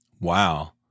Wow